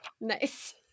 Nice